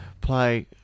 play